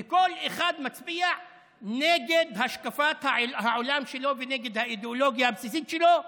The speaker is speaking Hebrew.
וכל אחד מצביע נגד השקפת העולם שלו ונגד האידיאולוגיה הבסיסית שלו,